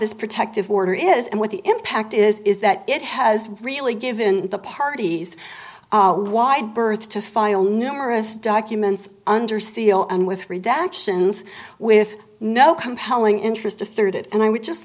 this protective order is and what the impact is is that it has really given the parties wide berth to file numerous documents under seal and with redactions with no compelling interest asserted and i would just